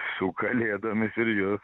su kalėdomis ir jus